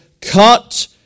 cut